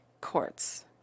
courts